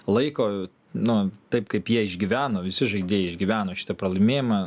laiko nu taip kaip jie išgyveno visi žaidėjai išgyveno šitą pralaimėjimą